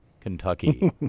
Kentucky